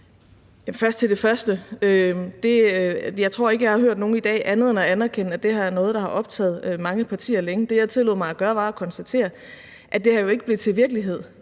første vil jeg sige, at jeg ikke tror, jeg har hørt nogen i dag gøre andet end at anerkende, at det her er noget, der har optaget mange partier længe. Det, jeg tillod mig at gøre, var at konstatere, at det her jo ikke blev til virkelighed